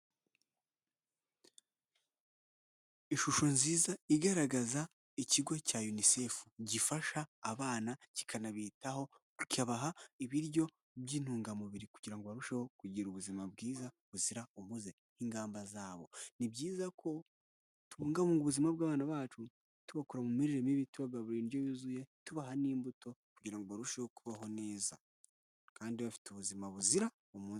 Ishusho nziza igaragaza ikigo cya unicef gifasha abana kikanabitaho kibaha ibiryo by'intungamubiri kugira ngo barusheho kugira ubuzima bwiza buzira umuze n'ingamba za bo. Ni byiza ko tubungabunga ubuzima bw'abana bacu tubakura mu mirire mibibi tubagaburira indyo yuzuye tubaha n'imbuto kugira barusheho kubaho neza kandi bafite ubuzima buzira umuze.